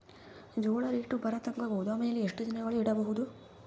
ಜೋಳ ರೇಟು ಬರತಂಕ ಗೋದಾಮಿನಲ್ಲಿ ಎಷ್ಟು ದಿನಗಳು ಯಿಡಬಹುದು?